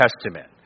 Testament